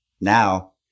now